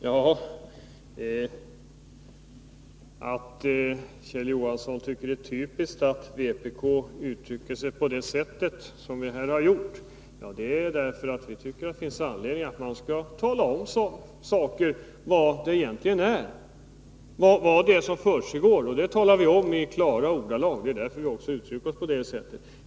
Herr talman! Kjell Johansson tycker att det är typiskt för vänsterpartiet kommunisterna att uttrycka sig på det sätt som vi här gjort. Vi har gjort det därför att vi tycker att det finns anledning att tala om hur saker och ting förhåller sig och vad som försiggår. Det talar vi om i klara ordalag, och det är också därför som vi har uttryckt oss på det sätt vi gjort.